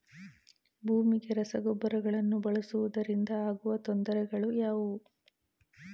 ಭೂಮಿಗೆ ರಸಗೊಬ್ಬರಗಳನ್ನು ಬಳಸುವುದರಿಂದ ಆಗುವ ತೊಂದರೆಗಳು ಯಾವುವು?